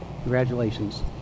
Congratulations